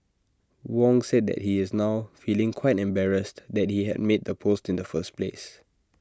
Wong said that he is now feeling quite embarrassed that he had made the post in the first place